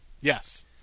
Yes